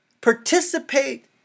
participate